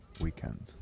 weekend